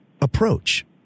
approach